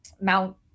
mount